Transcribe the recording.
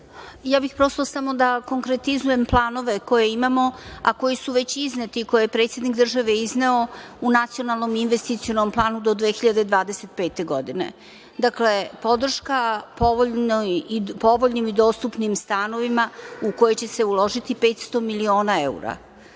Ja bih samo da konkretizujem planove koje imamo, a koji su već izneti, koje je predsednik države izneo u nacionalnom investicionom planu do 2025. godine. Dakle, podrška povoljnim i dostupnim stanovima u koje će se uložiti 500 miliona evra,